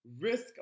risk